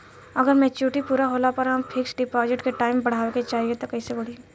अगर मेचूरिटि पूरा होला पर हम फिक्स डिपॉज़िट के टाइम बढ़ावे के चाहिए त कैसे बढ़ी?